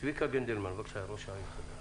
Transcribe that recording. צביקה גנדלמן, ראש העיר חדרה, בבקשה.